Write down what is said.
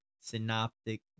synoptic